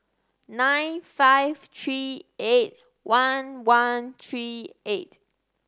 nine five three eight one one three eight